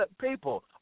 people